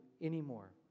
anymore